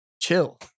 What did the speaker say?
chill